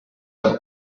i’ve